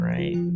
Right